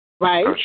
Right